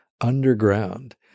Underground